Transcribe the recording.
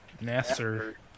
Nasser